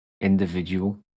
individual